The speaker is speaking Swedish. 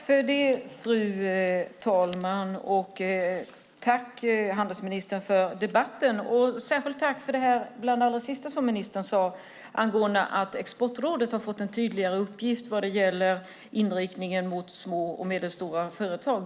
Fru talman! Tack, handelsministern, för debatten! Och särskilt tack för det som handelsministern sade allra sist angående att Exportrådet har fått en tydligare uppgift vad gäller inriktningen mot små och medelstora företag.